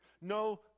no